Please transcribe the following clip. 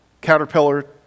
caterpillar